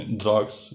drugs